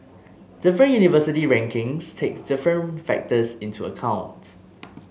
different university rankings take different factors into account